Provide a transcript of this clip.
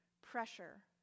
pressure